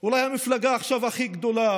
המפלגה אולי הכי גדולה